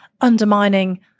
undermining